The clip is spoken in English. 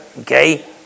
Okay